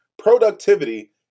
productivity